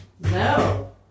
No